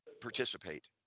participate